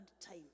time